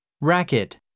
Racket